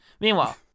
Meanwhile